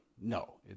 No